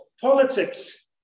politics